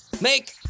make